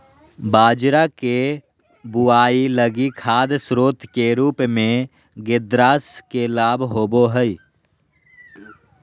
बाजरा के बुआई लगी खाद स्रोत के रूप में ग्रेदास के लाभ होबो हइ